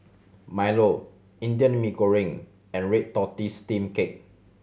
milo Indian Mee Goreng and red tortoise steamed cake